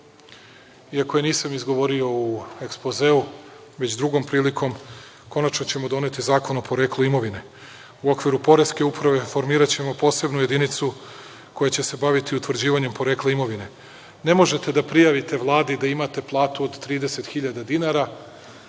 iako je nisam izgovorio u ekspozeu, već drugom prilikom, konačno ćemo doneti zakon o poreklu imovine. U okviru poreske uprave formiraćemo posebnu jedinicu koja će se baviti utvrđivanjem porekla imovine. Ne možete da prijavite Vladi da imate plati od 30 hiljada dinara,